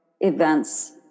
events